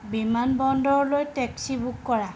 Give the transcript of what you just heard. বিমানবন্দৰলৈ taxi book কৰা